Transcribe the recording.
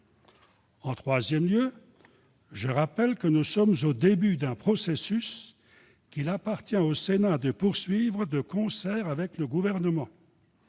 En troisième lieu, je rappelle que nous sommes au début d'un processus qu'il appartient au Sénat de poursuivre, de concert avec le Gouvernement.